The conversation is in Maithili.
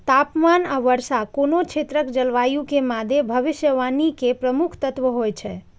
तापमान आ वर्षा कोनो क्षेत्रक जलवायु के मादे भविष्यवाणी के प्रमुख तत्व होइ छै